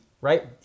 right